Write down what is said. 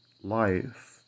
life